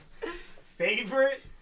Favorite